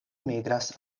migras